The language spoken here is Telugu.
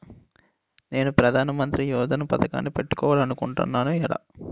నేను ప్రధానమంత్రి యోజన పథకానికి పెట్టుకోవాలి అనుకుంటున్నా ఎలా?